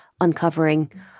uncovering